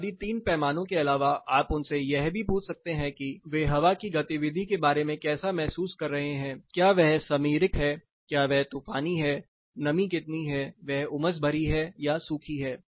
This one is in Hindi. बुनियादी 3 पैमानों के अलावा आप उनसे यह भी पूछ सकते हैं कि वे हवा की गतिविधि के बारे में कैसा महसूस कर रहे हैं क्या वह समीरिक है क्या वह तूफ़ानी है नमी कितनी है वह उमस भरी है या सूखी है